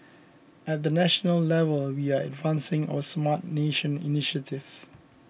at the national level we are advancing our Smart Nation initiative